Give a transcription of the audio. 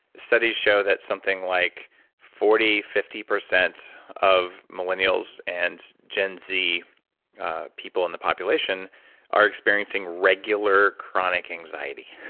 studies show that something like forty fifty percent of millennials and gen z people in the population are experiencing regular chronic anxiety.